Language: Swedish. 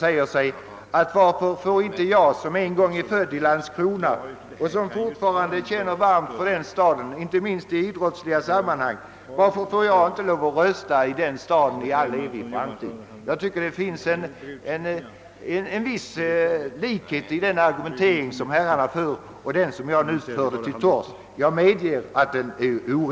Man skulle kunna fråga sig: Varför får inte jag, som är född i Landskrona och som fortfarande känner varmt för den staden — inte minst i idrottsliga sammanhang — lov att rösta i den staden för all framtid? Det finns en viss likhet i herrarnas argumentering och den som jag nu anförde. Jag medger dock att det är ett orimligt sätt att resonera.